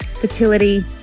fertility